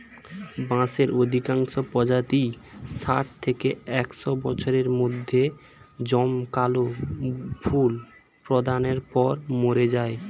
বাঁশের অধিকাংশ প্রজাতিই ষাট থেকে একশ বছরের মধ্যে জমকালো ফুল প্রদানের পর মরে যায়